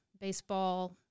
baseball